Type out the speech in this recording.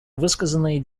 высказанные